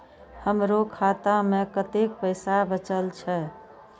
हमरो खाता में कतेक पैसा बचल छे?